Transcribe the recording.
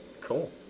Cool